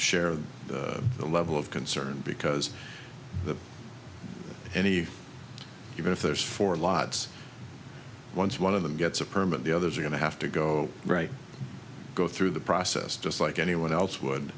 share the level of concern because the any even if there's four lots once one of them gets a permit the others are going to have to go right go through the process just like anyone else would